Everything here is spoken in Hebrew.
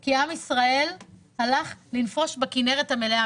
כי עם ישראל הלך לנפוש בכנרת המלאה.